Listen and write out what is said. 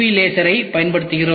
லேசரைப் பயன்படுத்துகிறோம்